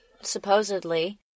supposedly